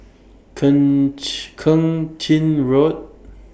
Keng Chin Road